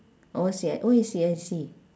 oh C_I oh it's C_I_C